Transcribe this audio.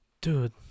Dude